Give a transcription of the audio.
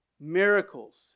miracles